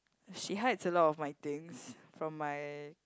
she hides a lot of my things from my